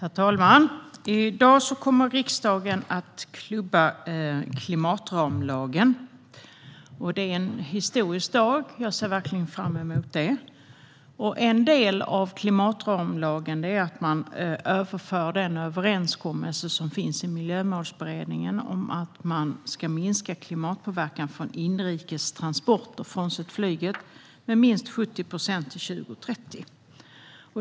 Herr talman! I dag kommer riksdagen att klubba klimatramlagen. Det är en historisk dag, och jag ser verkligen fram emot detta. En del av klimatramlagen är att man överför den överenskommelse som finns i Miljömålsberedningen om att minska klimatpåverkan från inrikes transporter, frånsett flyget, med minst 70 procent till 2030.